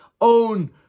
own